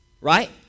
Right